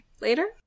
later